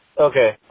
Okay